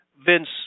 Vince